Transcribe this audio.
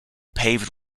paved